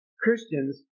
Christians